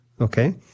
okay